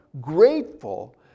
grateful